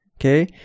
Okay